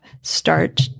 start